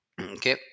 okay